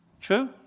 True